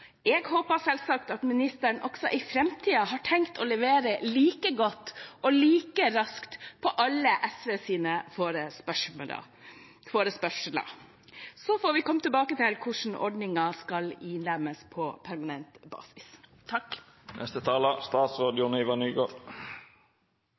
Jeg håper selvsagt at ministeren også i framtiden har tenkt å levere like godt og like raskt på alle SVs forespørsler. Vi får komme tilbake til hvordan ordningen skal innlemmes på permanent basis.